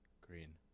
Green